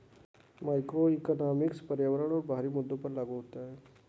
macroeconomics पर्यावरण और बाहरी मुद्दों पर लागू होता है